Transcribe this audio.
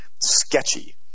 sketchy